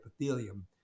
epithelium